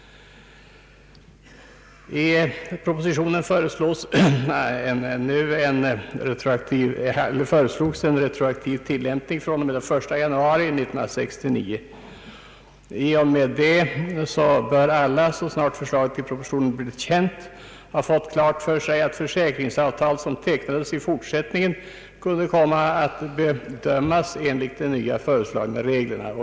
I propositionen föreslogs en retroaktiv tillämpning från och med den 1 januari 1969, och så snart förslaget i propositionen blivit känd bör alla ha fått klart för sig att försäkringsavtal som tecknades i fortsättningen kunde komma att bedömas enligt de nya reglerna.